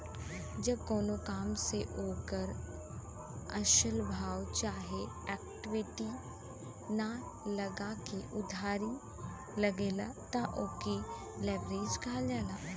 जब कउनो काम मे ओकर असल भाव चाहे इक्विटी ना लगा के उधारी लगला त ओके लीवरेज कहल जाला